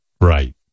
right